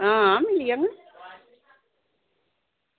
हां मिली जाङन